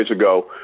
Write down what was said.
ago